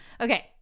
Okay